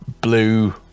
blue